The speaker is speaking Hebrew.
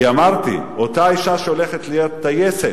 כי אמרתי: אותה אשה שהולכת להיות טייסת,